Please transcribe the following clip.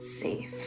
safe